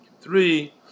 three